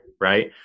Right